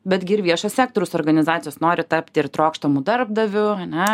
betgi ir viešo sektoriaus organizacijos nori tapti ir trokštamu darbdaviu ane